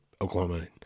Oklahoma